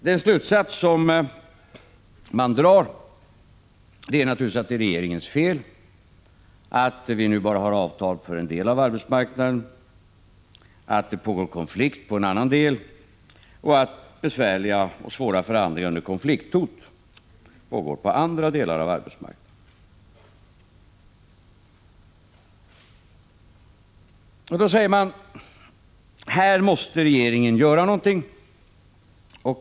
Den slutsats som man drar är naturligtvis att det är regeringens fel att vi nu bara har avtal för en del av arbetsmarknaden, att det pågår konflikt på en annan del och att besvärliga och svåra förhandlingar under konflikthot pågår på andra delar av arbetsmarknaden. Då säger man: Här måste regeringen göra någonting.